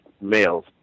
males